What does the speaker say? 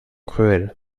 cruels